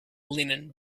linen